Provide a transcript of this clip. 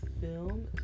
film